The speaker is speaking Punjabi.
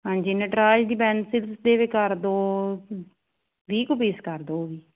ਹਾਂਜੀ ਨਟਰਾਜ ਦੀ ਪੈਨਸਿਲਸ ਦੇ ਵੀ ਕਰ ਦਿਓ ਵੀਹ ਕੁ ਪੀਸ ਕਰ ਦਿਓ ਉਹ ਵੀ